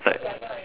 it's like